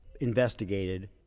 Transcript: investigated